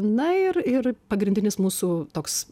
na ir ir pagrindinis mūsų toks